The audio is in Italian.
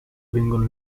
vengono